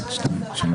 מי נגד?